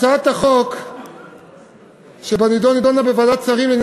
הצעת החוק שבנדון נדונה בוועדת שרים לענייני